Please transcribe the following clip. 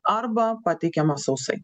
arba pateikiamą sausai